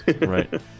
right